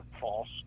false